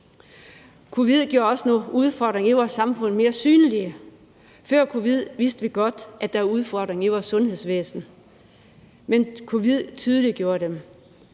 Covid gjorde også nogle udfordringer i vores samfund mere synlige. Før covid vidste vi godt, at der var udfordringer i vores sundhedsvæsen, men covid tydeliggjorde dem.